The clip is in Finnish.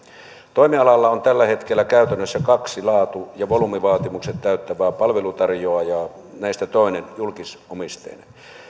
toimialalla on tällä hetkellä käytännössä kaksi laatu ja volyymivaatimukset täyttävää palveluntarjoajaa näistä toinen julkisomisteinen